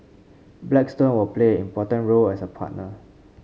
Blackstone will play important role as a partner